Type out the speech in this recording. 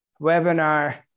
webinar